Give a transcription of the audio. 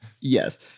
Yes